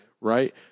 right